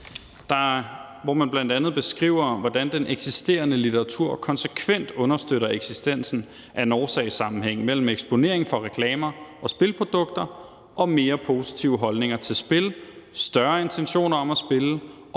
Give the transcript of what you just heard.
hvor man bl.a. beskriver, hvordan den eksisterende litteratur konsekvent understøtter eksistensen af en årsagssammenhæng imellem eksponering for reklamer og spilprodukter og mere positive holdninger til spil, større intentioner om at spille